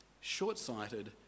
short-sighted